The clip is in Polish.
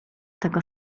tego